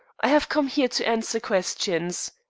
i have come here to answer questions.